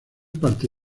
parte